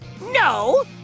No